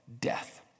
death